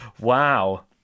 Wow